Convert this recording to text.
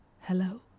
Hello